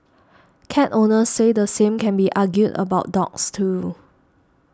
cat owners say the same can be argued about dogs too